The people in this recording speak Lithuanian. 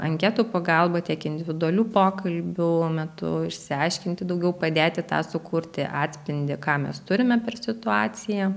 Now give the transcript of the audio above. anketų pagalba tiek individualių pokalbių metu išsiaiškinti daugiau padėti tą sukurti atspindį ką mes turime per situaciją